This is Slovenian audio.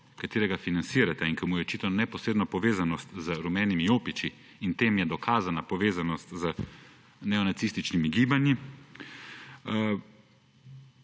katerega financirate in ki mu je očitana neposredna povezanost z rumenimi jopiči, in tem je dokazana povezanost z neonacističnimi gibanji,